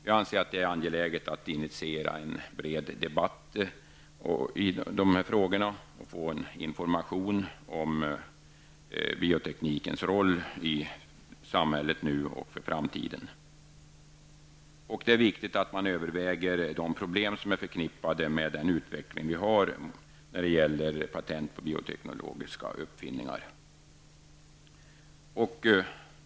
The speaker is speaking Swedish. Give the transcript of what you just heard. Vi anser att det är angeläget att initiera en bred debatt i dessa frågor och sprida information om bioteknikens roll i samhället nu och för framtiden. Det är vidare viktigt att man överväger de problem som är förknippade med den utveckling som vi har när det gäller patent på bioteknologiska uppfinningar.